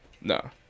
No